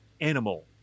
animal